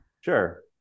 sure